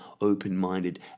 open-minded